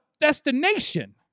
destination